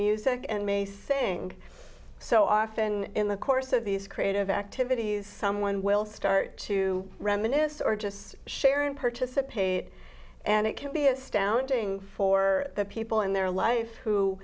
music and may sing so often in the course of these creative activities someone will start to reminisce or just share and participate and it can be astounding for the people in their life who